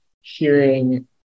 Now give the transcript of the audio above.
hearing